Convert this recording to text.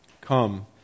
Come